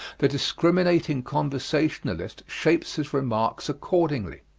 the discriminating conversationalist shapes his remarks accordingly.